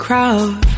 crowd